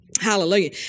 Hallelujah